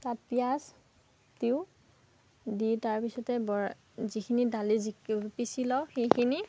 তাত পিয়াঁজ দিওঁ দি তাৰপিছতে বৰা যিখিনি দালি পিছি লওঁ সেইখিনি